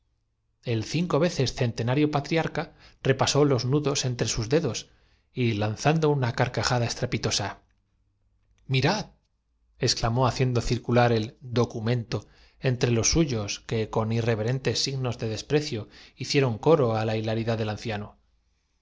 occi cinco veces centenario patriarca repasó los nudos en dental refugiado en china descendiente suyo é ini ciado el secreto se había tre sus dedos y lanzando una carcajada estrepitosa en introducido en ho nan mirad exclamó haciendo circular el documento para difundir la doctrina del salvador anteponiéndose á las gloriosas conquistas de las misiones católicas en entre los suyos que con irreverentes signos de despre el extremo oriente cio hicieron coro a la hilaridad del anciano